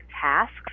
tasks